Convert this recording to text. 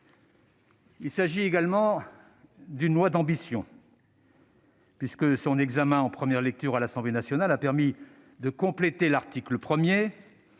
Il s'agit également d'un projet de loi d'ambition puisque son examen en première lecture à l'Assemblée nationale a permis de compléter l'article 1,